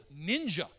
ninja